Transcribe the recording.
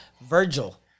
Virgil